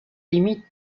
limites